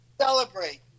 celebrate